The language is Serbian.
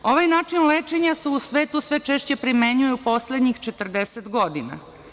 Ovaj način lečenja se u svetu sve češće primenjuje u poslednjih 40 godina.